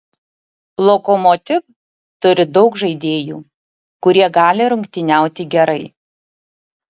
lokomotiv turi daug žaidėjų kurie gali rungtyniauti gerai